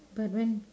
but when